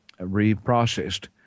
reprocessed